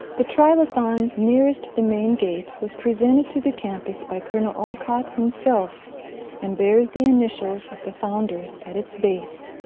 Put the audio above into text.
the trilithon nearest the main gate was presented to the campus by col. and olcott himself and bears the initials of the founders at its base.